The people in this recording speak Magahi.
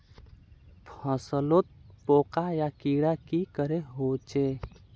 फसलोत पोका या कीड़ा की करे होचे?